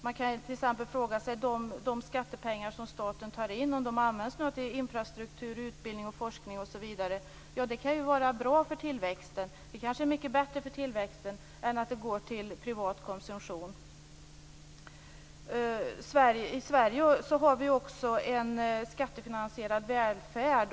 Man kan t.ex. fråga sig om det inte kan vara bra för tillväxten att de skattepengar som staten tar in används till infrastruktur, utbildning och forskning osv. Det är kanske mycket bättre för tillväxten än att de går till privat konsumtion. I Sverige har vi ju också en skattefinansierad välfärd.